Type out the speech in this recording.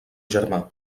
germà